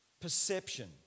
perception